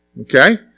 Okay